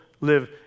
live